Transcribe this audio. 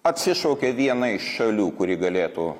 atsišaukė viena iš šalių kuri galėtų